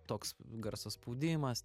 toks garso spaudimas